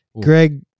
Greg